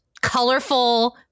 colorful